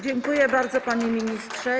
Dziękuję bardzo, panie ministrze.